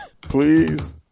Please